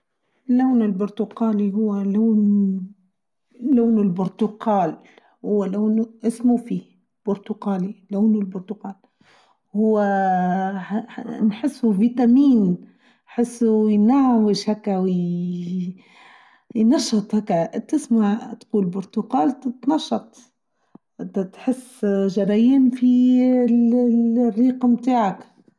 اللون البرتقالي هو لون ، لون البرتقال هو لونه إسمه فيه برتقالي لونه البرتقال هو ااا نحسه ڤيتامين نحسه ينعوش هاكا و ينشط هاكا تسمع تقول برتقال تتنشط تتحس جريان في اااا الريق تاعك.